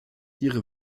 ihre